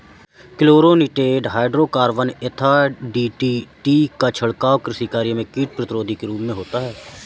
chlorinated hydrocarbon यथा DDT का छिड़काव कृषि कार्य में कीट प्रतिरोधी के रूप में होता है